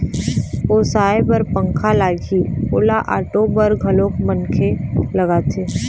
ओसाय बर पंखा लागही, ओला ओटे बर घलोक मनखे लागथे